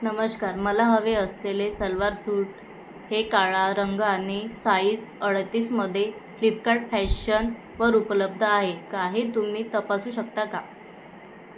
नमस्कार मला हवे असलेले सलवार सूट हे काळा रंग आणि साईज अडतीसमध्ये फ्लिपकार्ट फॅशनवर उपलब्ध आहे का हे तुम्ही तपासू शकता का